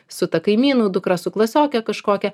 su ta kaimynų dukra su klasioke kažkokia